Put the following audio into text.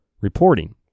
reporting